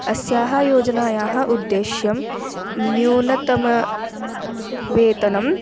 अस्याः योजनायाः उद्देश्यं न्यूनतमवेतनं